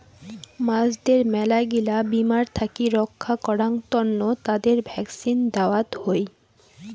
মাছদের মেলাগিলা বীমার থাকি রক্ষা করাং তন্ন তাদের ভ্যাকসিন দেওয়ত হই